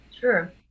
Sure